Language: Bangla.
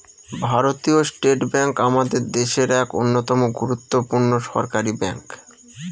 ভারতীয় স্টেট ব্যাঙ্ক আমাদের দেশের এক অন্যতম গুরুত্বপূর্ণ সরকারি ব্যাঙ্ক